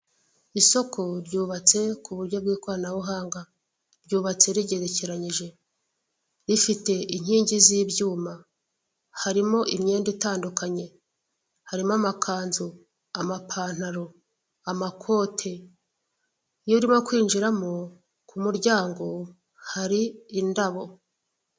Isoko ryubatse ku buryo bw'ikoranabuhanga ry'ubatse rigerekeranyije, rifite inkingi z'ibyuma harimo imyenda itandukanye harimo amakanzu, amapantaro, amakoti, iyo urimo kwinjiramo ku muryango hari indabo.